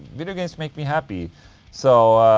video games make me happy so.